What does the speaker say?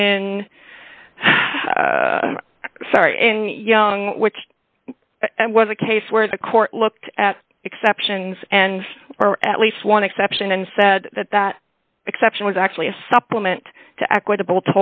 d sorry young which was a case where the court looked at exceptions and or at least one exception and said that that exception was actually a supplement to equitable